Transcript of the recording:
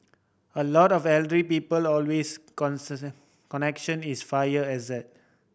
a lot of elderly people always connection is fire hazard